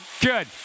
good